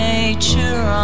Nature